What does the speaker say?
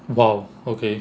!wow! okay